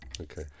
Okay